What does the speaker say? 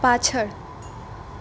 પાછળ